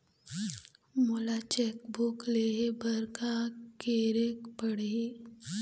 मोला cheque book लेहे बर का केरेक पढ़ही?